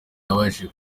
wabashije